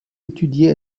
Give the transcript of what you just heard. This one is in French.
étudié